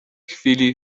chwili